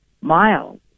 miles